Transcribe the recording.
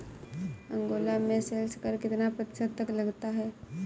Angola में sales कर कितना प्रतिशत तक लगता है?